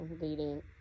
leading